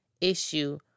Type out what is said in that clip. issue